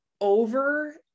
over